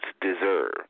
deserve